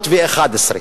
היתה ב-1911.